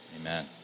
Amen